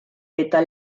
eta